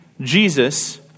Jesus